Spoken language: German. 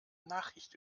nachricht